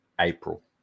April